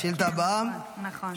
השאילתה הבאה, נכון.